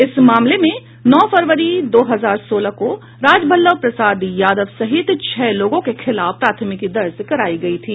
इस मामले में नौ फरवरी दो हजार सोलह को राजवल्लभ प्रसाद यादव सहित छह लोगों के खिलाफ प्राथमिकी दर्ज करायी गयी थी